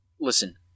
listen